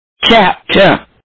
chapter